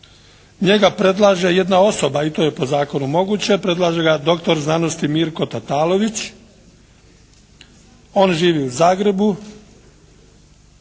Njega predlaže jedna osoba i to je po zakonu moguće. Predlaže ga doktor znanosti Mirko Tatalović. On živi u Zagrebu.